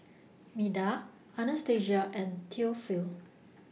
Meda Anastasia and Theophile